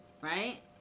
right